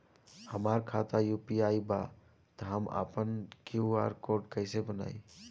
हमार खाता यू.पी.आई बा त हम आपन क्यू.आर कोड कैसे बनाई?